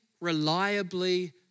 reliably